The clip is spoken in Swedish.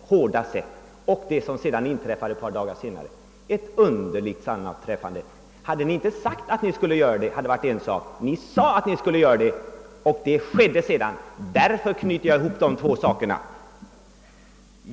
och hårda sättet och det som inträffade ett par dagar därefter. Ett underligt sammanträffande! Hade Ni inte sagt att Ni skulle göra det hade det varit en annan sak. Men Ni sade att Ni skulle göra det och det gjordes också sedan! Därför knyter jag samman dessa båda händelser.